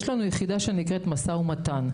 יש לנו יחידה שנקראת "משא ומתן",